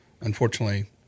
Unfortunately